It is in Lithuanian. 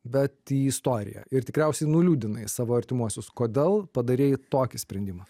bet į istoriją ir tikriausiai nuliūdinai savo artimuosius kodėl padarei tokį sprendimą